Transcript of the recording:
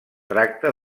tracta